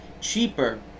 cheaper